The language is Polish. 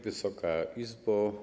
Wysoka Izbo!